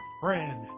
friend